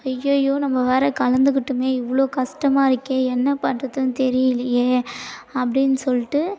அய்யயோ நம்ம வேறு கலந்துக்கிட்டோமே இவ்வளோ கஷ்டமாயிருக்கே என்ன பண்ணுறதுன்னு தெரியிலேயே அப்படின்னு சொல்லிட்டு